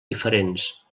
diferents